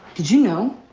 did you know?